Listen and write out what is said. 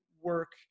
work